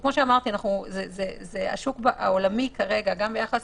כמו שאמרתי, השוק העולמי כרגע, גם ביחס